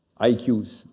IQs